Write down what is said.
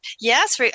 yes